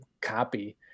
copy